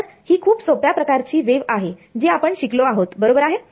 तर ही खूप सोप्या प्रकारची वेव आहे जी आपण शिकलो आहोत बरोबर आहे